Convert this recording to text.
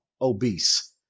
Obese